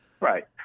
right